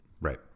Right